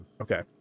okay